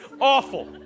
awful